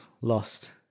lost